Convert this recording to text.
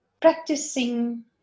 practicing